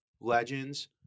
legends